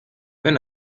wenn